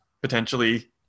potentially